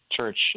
church